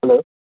hello